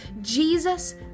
Jesus